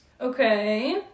okay